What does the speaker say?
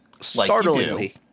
startlingly